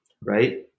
right